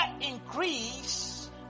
increase